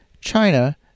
China